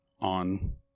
on